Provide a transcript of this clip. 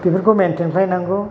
बेफोरखौ मैनटेन खालामनांगौ